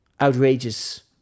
outrageous